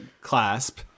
clasp